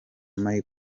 michel